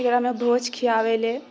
एकरामे भोज खियाबै लए